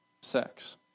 sex